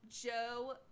Joe